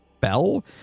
Bell